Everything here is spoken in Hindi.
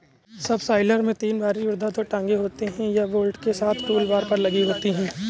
सबसॉइलर में तीन भारी ऊर्ध्वाधर टांगें होती हैं, यह बोल्ट के साथ टूलबार पर लगी होती हैं